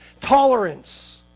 tolerance